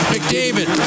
McDavid